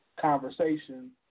conversation